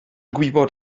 gwybod